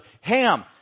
Ham